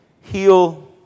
heal